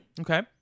Okay